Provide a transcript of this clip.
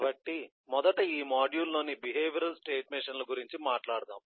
కాబట్టి మొదట ఈ మాడ్యూల్లోని బిహేవియరల్ స్టేట్ మెషీన్లు గురించి మాట్లాడుదాం